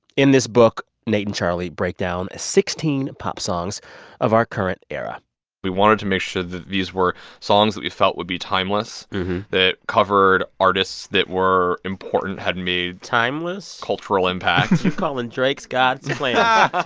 in this book, nate and charlie break down sixteen pop songs of our current era we wanted to make sure that these were songs that we felt would be timeless that covered artists that were important, had made. timeless. cultural impact you calling drake's god's plan yeah